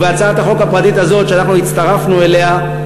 ובהצעת החוק הפרטית הזאת, שאנחנו הצטרפנו אליה,